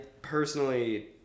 personally